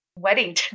wedding